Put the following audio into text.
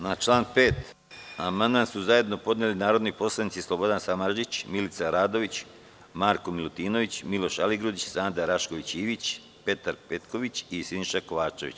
Na član 5. amandman su zajedno podneli narodni poslanici Slobodan Samardžić, Milica Radović, Marko Milutinović, Miloš Aligrudić, Sanda Rašković Ivić, Petar Petković i Siniša Kovačević.